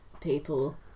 people